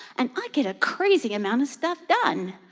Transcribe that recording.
and i get a crazy amount of stuff done,